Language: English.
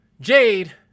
Jade